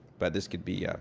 but this could be ah